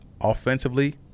Offensively